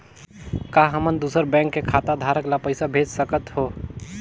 का हमन दूसर बैंक के खाताधरक ल पइसा भेज सकथ हों?